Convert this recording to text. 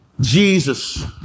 Jesus